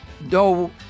no